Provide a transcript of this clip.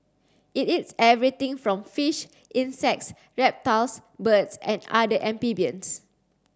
it eats everything from fish insects reptiles birds and other amphibians